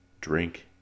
drink